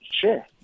Sure